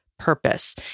Purpose